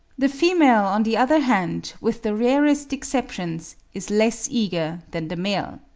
the female, on the other hand, with the rarest exceptions, is less eager than the male.